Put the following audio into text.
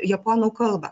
japonų kalbą